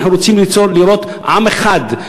אנחנו רוצים לראות עם אחד,